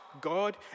God